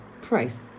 price